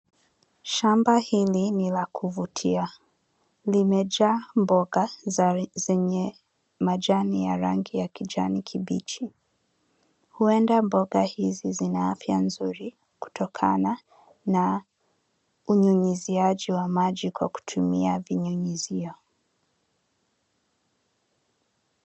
Shamba hili ni la kuvutia, limejaa mboga zenye majani ya rangi ya kijani kibichi. Huenda mboga hizi zina afya nzuri kutokana na unyunyiziaji wa maji kwa kutumia vinyinyizio.